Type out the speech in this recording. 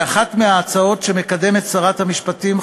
היא אחת מההצעות שמקדמת שרת המשפטים,